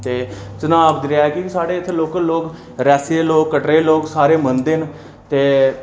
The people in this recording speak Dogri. ते चनाव दरेआ गी बी साढ़े इत्थै लोकल लोग रियासी दे लग कटरे दे लोक मनदे न ते